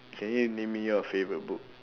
can you name me your favorite book